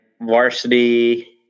varsity